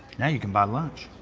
now you can buy lunch.